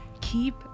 Keep